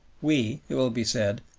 we, it will be said,